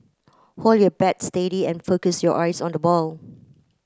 hold your bat steady and focus your eyes on the ball